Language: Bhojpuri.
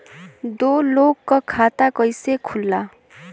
दो लोगक खाता कइसे खुल्ला?